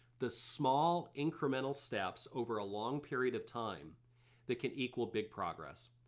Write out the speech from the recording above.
the small incremental steps over a long period of time that can equal big progress.